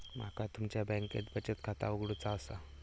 माका तुमच्या बँकेत बचत खाता उघडूचा असा?